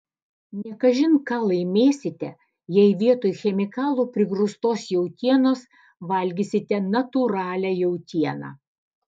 ne kažin ką laimėsite jei vietoj chemikalų prigrūstos jautienos valgysite natūralią jautieną